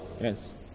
Yes